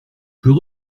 peut